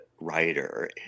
writer